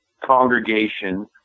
congregation